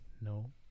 No